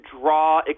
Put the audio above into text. draw